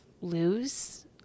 lose